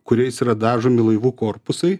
kuriais yra dažomi laivų korpusai